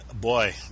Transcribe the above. boy